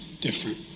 different